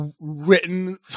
written